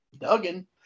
Duggan